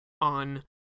on